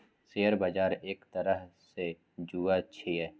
share बजार एक तरहसँ जुऐ छियै